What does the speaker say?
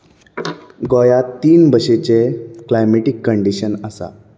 गोंयांत तीन भाशेचे क्लायमॅटीक कंडीशन आसात